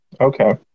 Okay